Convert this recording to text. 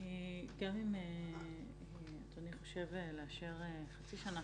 גם אם אדוני חושב לאשר חצי שנה,